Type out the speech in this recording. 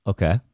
Okay